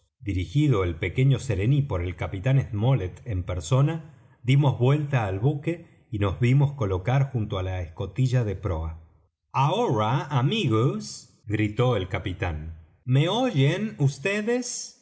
dirigido el pequeño serení por el capitán smollet en persona dimos vuelta al buque y nos vinimos á colocar junto á la escotilla de proa ahora amigos gritó el capitán me oyen